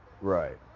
Right